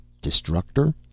destructor